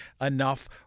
enough